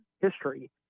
history